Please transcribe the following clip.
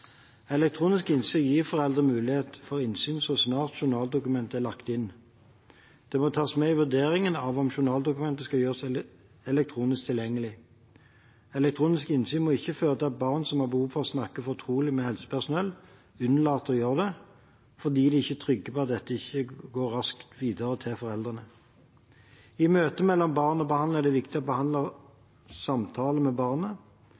Elektronisk innsyn gir foreldre mulighet for innsyn så snart journaldokumentet er lagt inn. Det må tas med i vurderingen av om journaldokumentet skal gjøres elektronisk tilgjengelig. Elektronisk innsyn må ikke føre til at barn som har behov for å snakke fortrolig med helsepersonell, unnlater å gjøre det fordi de ikke er trygge på at dette ikke går raskt videre til foreldrene. I møte mellom barn og behandler er det viktig at behandler samtaler med barnet